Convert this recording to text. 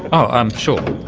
oh um sure. ah